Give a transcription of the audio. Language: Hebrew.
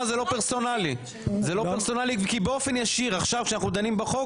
פרסונלי כי באופן ישיר עכשיו כשאנחנו דנים בחוק